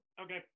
okay